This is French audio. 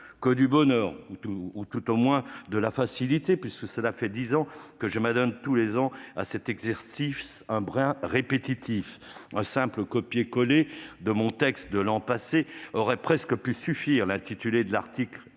Que du bonheur, du moins, de la facilité, puisque voilà dix ans que je m'adonne tous les ans à cet exercice un brin répétitif ! Un simple copié-collé de mon discours de l'an passé aurait presque pu suffire. L'intitulé de l'article